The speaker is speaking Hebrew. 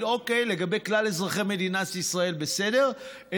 שלגבי כלל אזרחי מדינת ישראל בסדר,